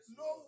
no